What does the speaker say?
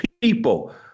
people